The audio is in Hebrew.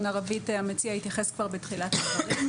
ערבית המציע התייחס כבר בתחילת הדברים,